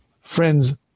friend's